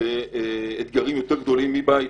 באתגרים גדולים יותר מבית.